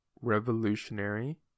Revolutionary